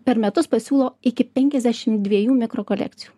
per metus pasiūlo iki penkiasdešim dviejų mikro kolekcijų